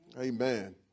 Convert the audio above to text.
Amen